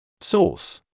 Source